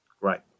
Right